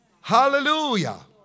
Hallelujah